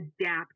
adapt